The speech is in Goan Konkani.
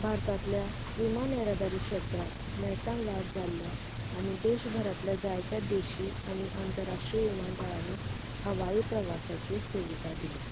भारतांतल्या विमान येरादारी शेत्रांत नेटान वाड जाल्या आनी देश भरांतल्या जायत्या देशी आनी आंतराष्ट्रीय विमानतळांनी हवाई प्रवासाची सुविधा दिल्या